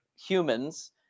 humans